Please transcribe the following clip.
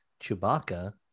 Chewbacca